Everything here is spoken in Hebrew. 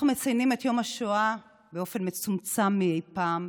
אנחנו מציינים את יום השואה באופן מצומצם מאי-פעם,